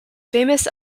famous